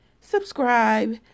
subscribe